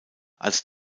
als